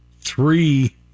three